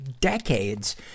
decades